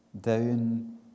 down